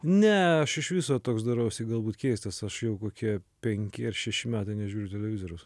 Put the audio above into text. ne aš iš viso toks darausi galbūt keistas aš jau kokie penki ar šeši metai nežiūriu televizoriaus